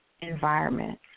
environment